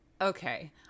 okay